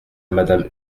madame